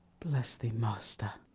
bless thee, master!